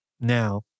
now